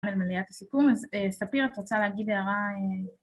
על מליאת הסיכום, אז ספיר את רוצה להגיד הערה...